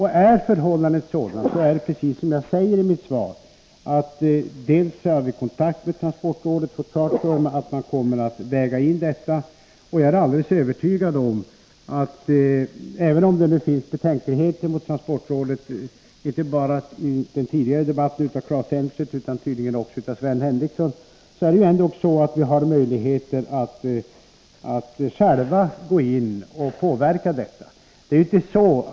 I det avseendet har jag, som jag nämner i mitt svar, vid kontakt med transportrådet fått klart för mig att man kommer att väga in denna aspekt i sitt arbete. Även om det har framförts betänkligheter mot transportrådet, inte bara av Claes Elmstedt i den tidigare debatten utan också av Sven Henricsson nu, är det ändock så att vi har möjligheter att själva gå in och påverka behandlingen av denna fråga.